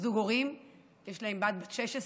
זוג הורים שיש להם בת בת 16,